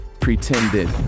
pretended